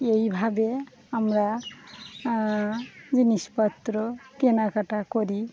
এই ভাবে আমরা জিনিসপত্র কেনাকাটা করি